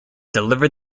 delivered